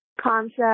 concept